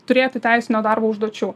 turėti teisinio darbo užduočių